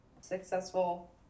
successful